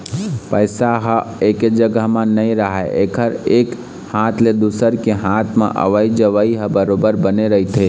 पइसा ह एके जघा म नइ राहय एकर एक हाथ ले दुसर के हात म अवई जवई ह बरोबर बने रहिथे